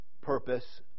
purpose